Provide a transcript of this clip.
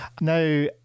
Now